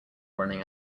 running